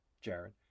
Jared